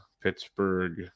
Pittsburgh